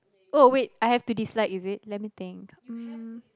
oh wait I have to dislike is it let me think um